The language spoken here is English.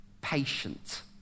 patient